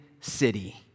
city